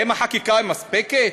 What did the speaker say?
החקיקה, האם החקיקה מספקת?